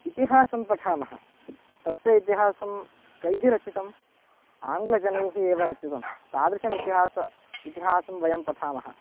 इतिहासं पठामः तच्च इतिहासं कैः रचितम् आङ्ग्लजनैः एव रचितं तादृशम् इतिहासं इतिहासं वयं पठामः